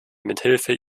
mithilfe